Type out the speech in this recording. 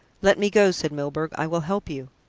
let me go, said milburgh. i will help you.